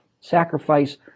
Sacrifice